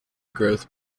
growth